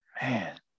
man